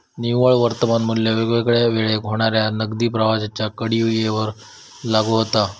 निव्वळ वर्तमान मू्ल्य वेगवेगळ्या वेळेक होणाऱ्या नगदी प्रवाहांच्या कडीयेवर लागू होता